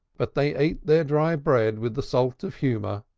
but they ate their dry bread with the salt of humor,